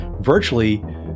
virtually